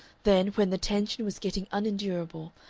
then, when the tension was getting unendurable,